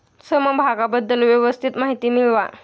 समभागाबद्दल व्यवस्थित माहिती मिळवा